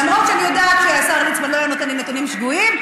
למרות שאני יודעת שהשר ליצמן לא היה נותן לי נתונים שגויים.